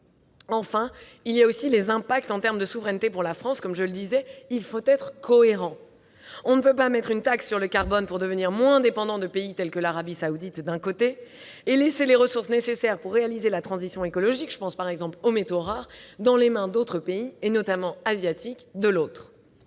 Enfin, il y a aussi les impacts en termes de souveraineté pour la France. Il faut être cohérent, on ne peut pas, d'un côté, mettre une taxe sur le carbone pour devenir moins dépendant de pays tels que l'Arabie Saoudite et, de l'autre, laisser les ressources nécessaires pour réaliser la transition écologique, par exemple les métaux rares, dans les mains d'autres pays, notamment asiatiques. C'est